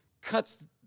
cuts